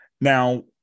now